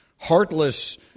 heartless